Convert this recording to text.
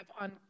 on